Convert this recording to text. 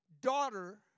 daughter